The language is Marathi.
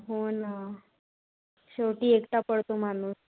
हो ना शेवटी एकटा पडतो माणूस